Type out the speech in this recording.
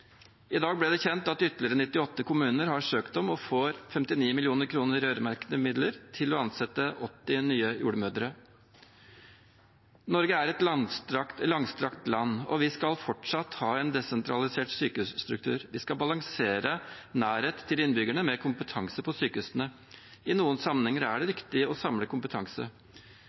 I dag ble det kjent at ytterligere 98 kommuner har søkt om, og får, 59 mill. kr i øremerkede midler til å ansette 80 nye jordmødre. Norge er et langstrakt land, og vi skal fortsatt ha en desentralisert sykehusstruktur. Vi skal balansere nærhet til innbyggerne med kompetanse på sykehusene. I noen sammenhenger er det riktig å samle kompetanse.